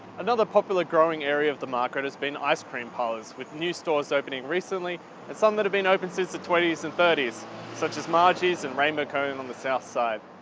another popular growing area of the market has been ice cream parlors, with new stores opening recently and some having been open since the twenty s and thirty s such as margie's and rainbow cone on the south side.